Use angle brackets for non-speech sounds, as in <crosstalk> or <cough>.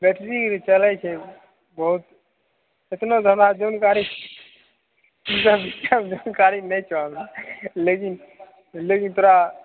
battery चलै छै बहुत एतना जादा जनकारी <unintelligible> जानकारी नहि छऽ हमरा लेकिन लेकिन तोरा